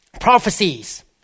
prophecies